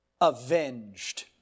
Avenged